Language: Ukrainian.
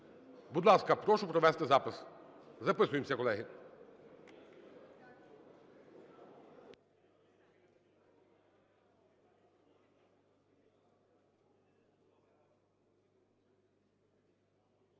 Будь ласка, прошу провести запис. Записуємося, колеги.